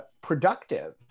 productive